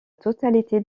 totalité